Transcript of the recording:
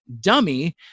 dummy